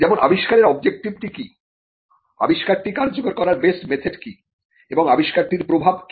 যেমন আবিষ্কারের অবজেক্টিভ টি কি আবিষ্কারটি কার্যকর করার বেস্ট মেথড কি এবং আবিষ্কারটির প্রভাব কি